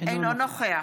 אינו נוכח